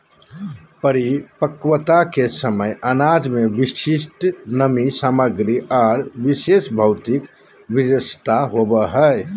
परिपक्वता के समय अनाज में विशिष्ट नमी सामग्री आर विशेष भौतिक विशेषता होबो हइ